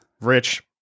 rich